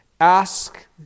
Ask